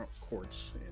courts